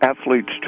athletes